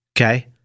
Okay